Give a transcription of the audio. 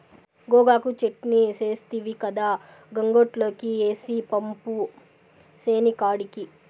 గోగాకు చెట్నీ సేస్తివి కదా, సంగట్లోకి ఏసి పంపు సేనికాడికి